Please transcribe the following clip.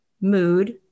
mood